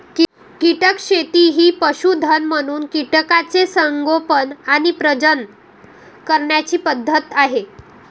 कीटक शेती ही पशुधन म्हणून कीटकांचे संगोपन आणि प्रजनन करण्याची पद्धत आहे